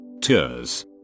tours